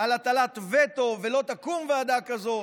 על הטלת וטו, ולא תקום ועדה כזאת,